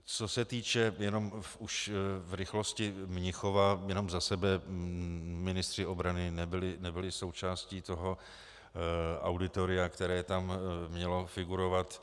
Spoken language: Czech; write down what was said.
Co se týče, jenom už v rychlosti, Mnichova, jen za sebe ministři obrany nebyli součástí toho auditoria, které tam mělo figurovat.